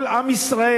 כל עם ישראל,